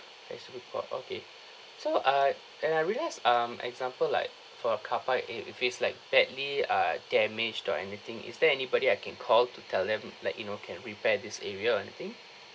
H_D_B board okay so ah and I realised um example like for a car park are~ if it's like badly err damaged or anything is there anybody I can call to tell them like you know can repair this area or anything